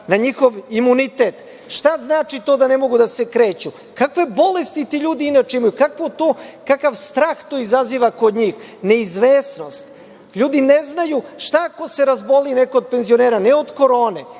na njihov imunitet… Šta znači to da ne mogu da se kreću? Kakve bolesti ti ljudi inače imaju? Kakav strah to izaziva kod njih, neizvesnost? Ljudi ne znaju, šta ako se razboli neko od penzionera, ne od Korone,